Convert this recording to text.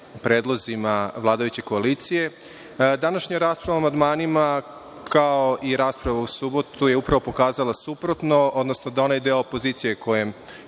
predlozima vladajuće koalicije. Današnja rasprava o amandmanima, kao i rasprava u subotu je upravo pokazala suprotno, odnosno da onaj deo opozicije kojem